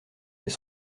des